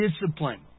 discipline